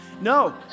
No